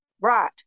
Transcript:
Right